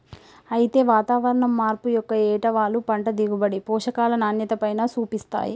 అయితే వాతావరణం మార్పు యొక్క ఏటవాలు పంట దిగుబడి, పోషకాల నాణ్యతపైన సూపిస్తాయి